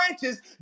branches